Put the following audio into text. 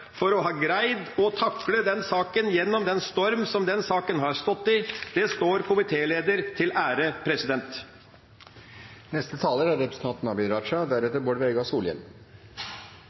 for å ha greid å takle denne saken gjennom den storm som den har stått i. Det tjener komitélederen til ære. Jeg har både ris og ros å komme med til komitéleder og saksordfører i denne saken. Først til rosen: Det er